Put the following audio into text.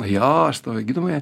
jo aš stojau į gydomąją